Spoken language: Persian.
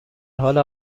حال